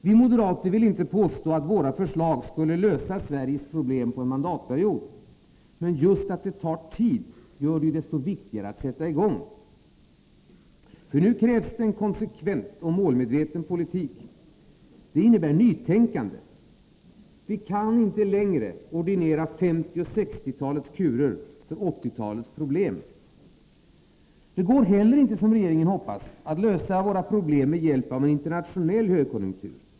Vi moderater vill inte påstå att våra förslag skulle lösa Sveriges problem på en mandatperiod. Men just att det tar tid gör det desto viktigare att sätta i gång. Nu krävs det en konsekvent och målmedveten politik. Det innebär nytänkande. Vi kan inte längre ordinera 1950 och 1960-talens kurer för 1980-talets problem. Det går heller inte, som regeringen hoppas, att lösa våra problem med hjälp av en internationell högkonjunktur.